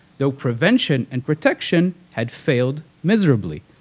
though prevention and protection had failed miserably.